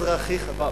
אזרחי חדש.